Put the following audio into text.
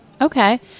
Okay